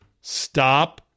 Stop